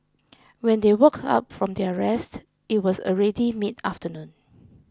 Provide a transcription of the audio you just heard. when they woke up from their rest it was already midafternoon